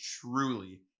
truly